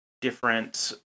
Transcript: different